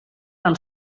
del